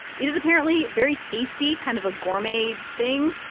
it is apparently very tasty, kind of a gourmet thing.